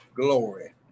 glory